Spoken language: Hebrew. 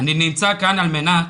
אני נמצא כאן על מנת